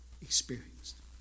experienced